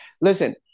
Listen